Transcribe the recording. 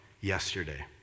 yesterday